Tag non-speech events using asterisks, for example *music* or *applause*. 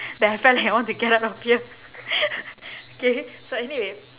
that I felt like I want to get out of here *laughs* K so anyway